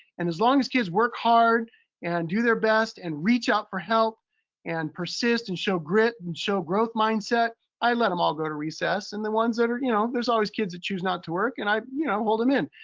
and as long as kids work hard and do their best and reach out for help and persist and show grit and show growth mindset, i let em all go to recess. and the ones that are you know, there's always kids that choose not to work. and i you know hold em in.